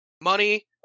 Money